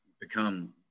become